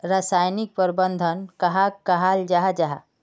रासायनिक प्रबंधन कहाक कहाल जाहा जाहा?